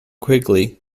quigley